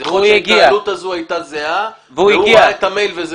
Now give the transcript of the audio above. אז יכול להיות שההתנהלות הזו הייתה זהה והוא ראה את המייל.